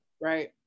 Right